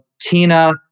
Tina